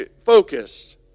focused